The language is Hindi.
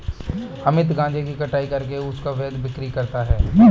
अमित गांजे की कटाई करके उसका अवैध बिक्री करता है